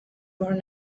born